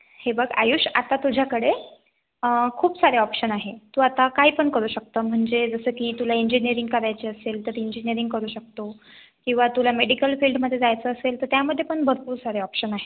हे बघ आयुष आता तुझ्याकडे खूप सारे ऑप्शन आहे तू आता काही पण करू शकतो म्हणजे जसं की तुला इंजिनीअरिंग करायचं असेल तर तू इंजिनीअरिंग करू शकतो किंवा तुला मेडिकल फील्डमध्ये जायचं असेल तर त्यामध्ये पण भरपूर सारे ऑप्शन आहेत